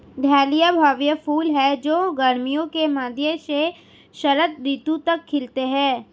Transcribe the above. dahlia भव्य फूल हैं जो गर्मियों के मध्य से शरद ऋतु तक खिलते हैं